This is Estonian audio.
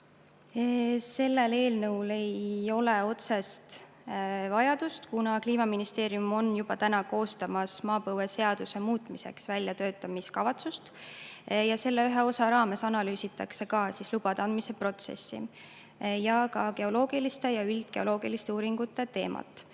sellel eelnõul ei ole otsest vajadust, kuna Kliimaministeerium on juba koostamas maapõueseaduse muutmiseks väljatöötamiskavatsust ja selle ühe osa raames analüüsitakse ka lubade andmise protsessi ja geoloogiliste ja üldgeoloogiliste uuringute teemat.